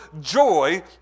joy